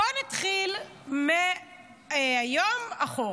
בואו נתחיל מהיום אחורה.